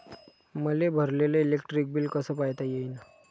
मले भरलेल electric bill कस पायता येईन?